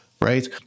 Right